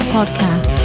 Podcast